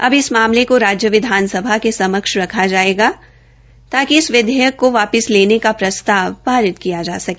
अब इस मामले को राज्य विधानसभा क समक्ष रखा जायेगा ताकि इस विधेयक को वापिस लेने का प्रस्ताव पारित किया जा सके